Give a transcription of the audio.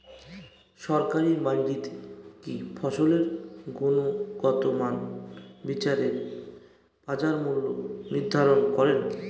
সরকারি মান্ডিতে কি ফসলের গুনগতমান বিচারে বাজার মূল্য নির্ধারণ করেন?